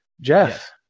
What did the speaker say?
Jeff